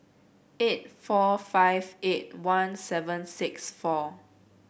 eight four five eight one seven six four